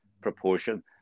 proportion